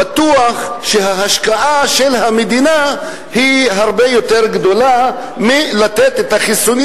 בטוח שההשקעה של המדינה היא הרבה יותר גדולה מההשקעה בחיסונים